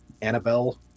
Annabelle